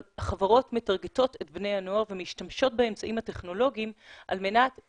אבל החברות מטרגטות את בני הנוער ומשתמשות באמצעים הטכנולוגיים בשימוש